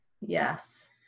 Yes